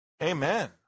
Amen